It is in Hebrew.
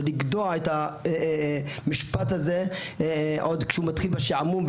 צריך לגדוע את המשפט הזה עוד כשהוא מתחיל בשעמום,